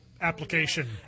application